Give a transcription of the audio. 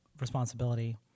responsibility